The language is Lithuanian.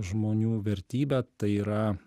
žmonių vertybę tai yra